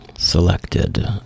selected